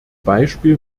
beispiel